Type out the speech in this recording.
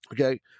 Okay